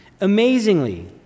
Amazingly